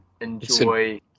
enjoy